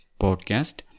podcast